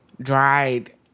dried